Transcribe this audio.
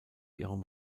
ihrem